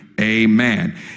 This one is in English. Amen